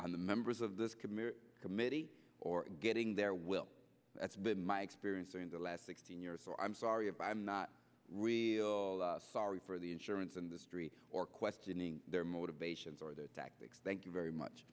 on the members of this committee or getting their will that's been my experience in the last sixteen years so i'm sorry if i'm not sorry for the insurance industry or questioning their motivations or their tactics thank you very much